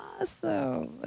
awesome